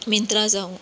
मिनत्रा जांवू